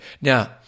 Now